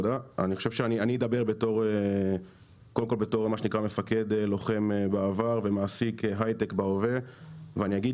אני אדבר קודם כל בתור מפקד לוחם בעבר ומעסיק הייטק בהווה ואני אגיד